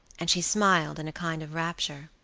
and she smiled in a kind of rapture.